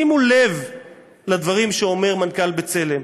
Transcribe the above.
שימו לב לדברים שאומר מנכ"ל "בצלם".